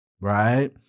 right